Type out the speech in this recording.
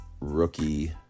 rookie